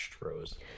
rose